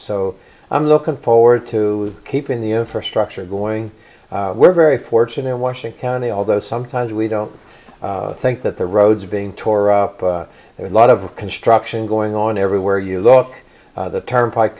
so i'm looking forward to keeping the infrastructure going we're very fortunate in washington county although sometimes we don't think that the roads are being torah there are a lot of construction going on everywhere you look the turnpike